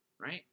right